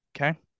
Okay